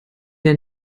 der